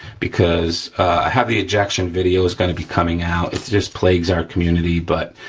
because i have the ejection videos gonna be coming out, it just plagues our community, but